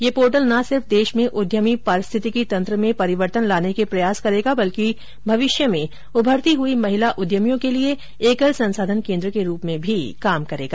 ये पोर्टल न सिर्फ देश में उद्यमी पारिस्थितिकी तंत्र में परिवर्तन लाने के प्रयास करेगा बल्कि भविष्य में उभरती हई महिला उद्यमियों के लिए एकल संसाधन केन्द्र के रूप में भी कार्य करेगा